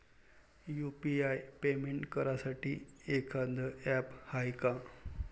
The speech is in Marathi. यू.पी.आय पेमेंट करासाठी एखांद ॲप हाय का?